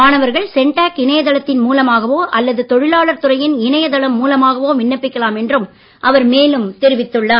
மாணவர்கள் சென்டாக் இணையதளத்தின் மூலமாகவோ அல்லது தொழிலாளர் துறையின் இணையதளம் மூலமாகவோ விண்ணப்பிக்கலாம் என்றும் அவர் மேலும் தெரிவித்துள்ளார்